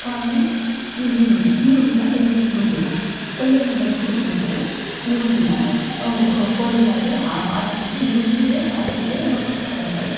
ಕಾಯಿ ನೀ ಈರುಳ್ಳಿ ಈರುಳ್ಳಿನ ಕೈ ಎಣ್ಣೆಲಿ ಹುರಿಯೋದು ಕೈ ಎಣ್ಣೆಯಲ್ಲಿ ಹುರಿಸ್ಬಿಟ್ಟು ಈರುಳ್ಳಿನ ಕೋಳಿ ಸಾರಿಗೆ ಆಡಿಸ್ಬಿಟ್ಟು ಈರುಳ್ಳಿಗೆ ಅದ್ರ ಜೊತೆಗೆ ಒಂದು ಸ್ವಲ್ಪ ಕಾಯಿ ಹಾಕೋದು